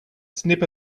snip